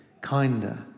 kinder